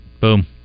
Boom